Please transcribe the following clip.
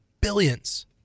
billions